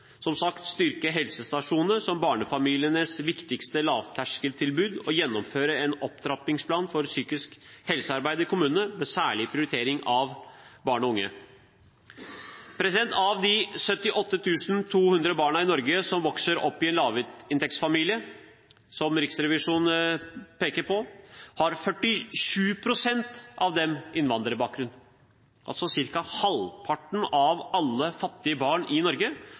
som sagt styrke helsestasjonene som barnefamilienes viktigste lavterskeltilbud og gjennomføre en opptrappingsplan for psykisk helsearbeid i kommunene, med særlig prioritering av barn og unge. Av de 78 200 barna i Norge som vokser opp i en lavinntektsfamilie, som Riksrevisjonen peker på, har 47 pst. innvandrerbakgrunn, altså har ca. halvparten av alle fattige barn i Norge innvandrerbakgrunn. Mens bare 11 pst. av alle barn i Norge